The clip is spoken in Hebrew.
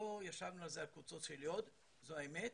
לא ישבנו על זה על קוצו של יוד, זו האמת.